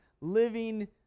living